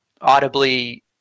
audibly